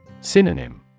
Synonym